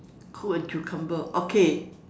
cool as a cucumber okay